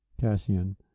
Cassian